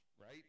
right